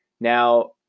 Now